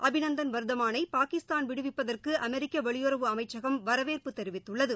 அபிநந்தன் வர்தமானை பாகிஸ்தான் விடுவிப்பதற்கு அமெரிக்க வெளியுறவு அமைச்சகம் வரவேற்பு தெரிவித்துள்ளது